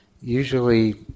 usually